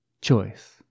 choice